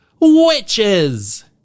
Witches